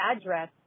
address